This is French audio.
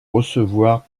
recevoir